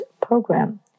program